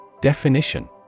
Definition